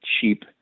cheap